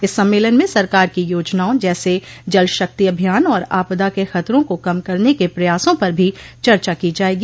इस सम्मेलन में सरकार की योजनाओं जैसे जलशक्ति अभियान और आपदा के खतरों को कम करने के प्रयासों पर भी चर्चा की जायेगी